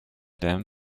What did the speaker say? them